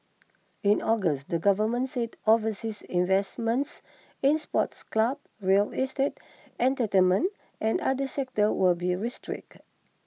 in August the government said overseas investments in sports clubs real estate entertainment and other sectors would be restricted